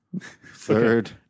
Third